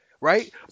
Right